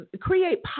create